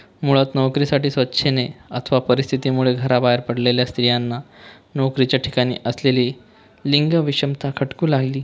मुळात नोकरीसाठी स्वेच्छेने अथवा परिस्थितीमुळे घराबाहेर पडलेल्या स्त्रियांना नोकरीच्या ठिकाणी असलेली लिंग विषमता खटकू लागली